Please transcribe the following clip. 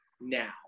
now